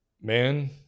man